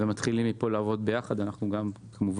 מפה מתחילים לעבוד ביחד, ואנחנו גם שותפים